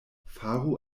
faru